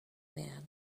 man